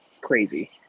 crazy